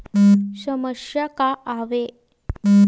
समस्या का आवे?